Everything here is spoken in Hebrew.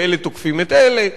ואלה תוקפים את אלה,